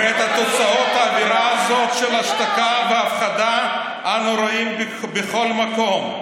ואת תוצאות האווירה הזאת של השתקה והפחדה אנו רואים בכל מקום.